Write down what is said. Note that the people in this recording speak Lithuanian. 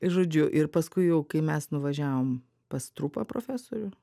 žodžiu ir paskui jau kai mes nuvažiavom pas strupą profesorių